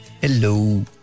Hello